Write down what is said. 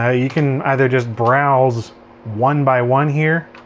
yeah you can either just browse one by one here.